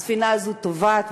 הספינה הזאת טובעת,